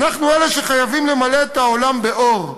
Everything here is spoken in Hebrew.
אנחנו אלה שחייבים למלא את העולם באור.